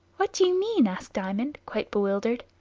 what do you mean? asked diamond, quite bewildered.